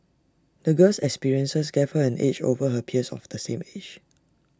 the girl's experiences gave her an edge over her peers of the same age